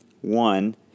One